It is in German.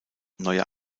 neuer